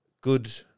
good